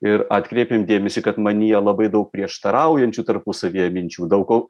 ir atkreipiam dėmesį kad manyje labai daug prieštaraujančių tarpusavyje minčių daug ko